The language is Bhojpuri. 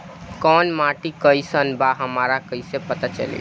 कोउन माटी कई सन बा हमरा कई से पता चली?